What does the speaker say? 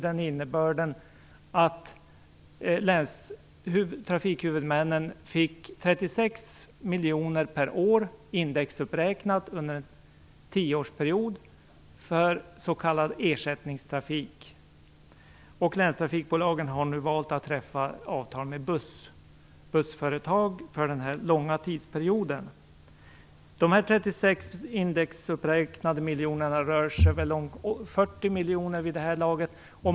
De 36 indexuppräknade miljonerna är väl 40 miljoner vid det här laget.